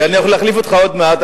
כי אני יכול להחליף אותך עוד מעט,